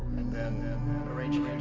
and then, arrange a